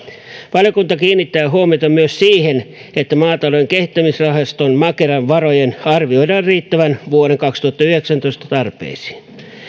valiokunta kiinnittää huomiota myös siihen että maatilatalouden kehittämisrahaston makeran varojen arvioidaan riittävän vuoden kaksituhattayhdeksäntoista tarpeisiin